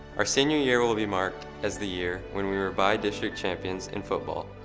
our senior year will be marked as the year when we were by district champions in football,